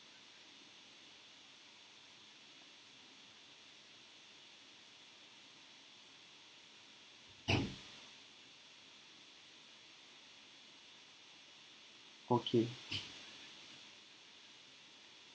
okay